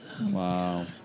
wow